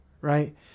right